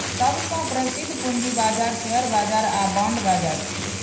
सबसं प्रसिद्ध पूंजी बाजार शेयर बाजार आ बांड बाजार छियै